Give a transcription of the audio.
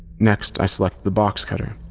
next, i selected the box cutter.